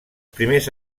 primers